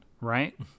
right